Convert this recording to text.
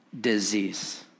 disease